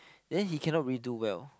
then he cannot really do well